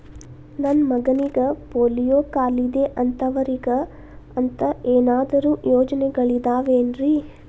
ನನ್ನ ಮಗನಿಗ ಪೋಲಿಯೋ ಕಾಲಿದೆ ಅಂತವರಿಗ ಅಂತ ಏನಾದರೂ ಯೋಜನೆಗಳಿದಾವೇನ್ರಿ?